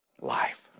life